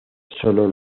sólo